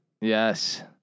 Yes